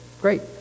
Great